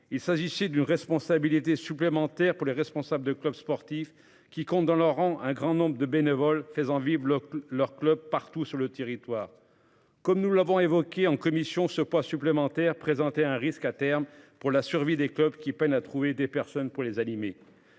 Il s'agissait d'une responsabilité supplémentaire pour les responsables de clubs sportifs qui comptent dans leurs rangs un grand nombre de bénévoles faisant vivre leur leur club partout sur le territoire comme nous l'avons évoqué en commission ce poids supplémentaire présenter un risque à terme pour la survie des clubs qui peinent à trouver des personnes pour les animer